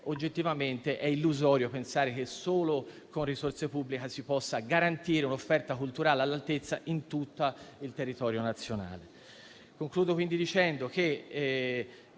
oggettivamente è illusorio pensare che solo con risorse pubbliche si possa garantire un'offerta culturale all'altezza in tutto il territorio nazionale.